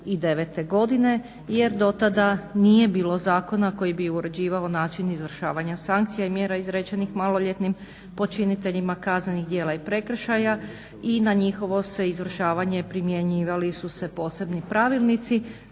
2009. godine jer dotada nije bilo zakona koji bi uređivao način izvršavanja sankcija i mjera izrečenih maloljetnim počiniteljima kaznenih djela i prekršaja i na njihovo se izvršavanje primjenjivali su se posebni pravilnici